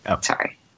Sorry